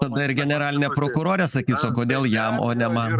tada ir generalinė prokurorė sakys o kodėl jam o ne man